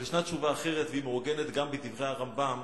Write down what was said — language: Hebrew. אבל ישנה תשובה אחת, והיא מעוגנת גם בדברי הרמב"ם,